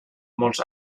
molts